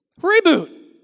reboot